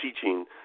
teaching